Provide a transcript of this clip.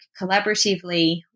collaboratively